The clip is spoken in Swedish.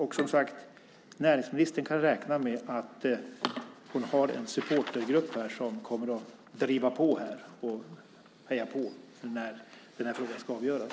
Och som sagt: Näringsministern kan räkna med att hon har en supportergrupp här som kommer att driva på och heja på när den här frågan ska avgöras.